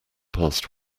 past